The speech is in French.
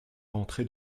rentré